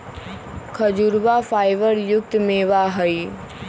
खजूरवा फाइबर युक्त मेवा हई